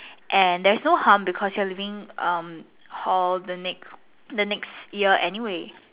and there's no harm because you are leaving um hall the next the next year anyway